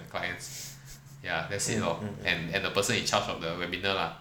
mm mm mm